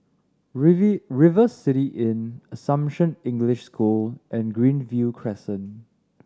River City Inn Assumption English School and Greenview Crescent